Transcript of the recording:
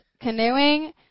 canoeing